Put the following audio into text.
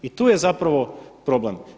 I tu je zapravo problem.